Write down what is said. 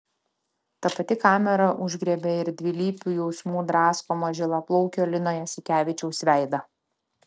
ta pati kamera užgriebė ir dvilypių jausmų draskomo žilaplaukio lino jasikevičiaus veidą